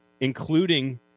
including